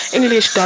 English